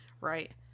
right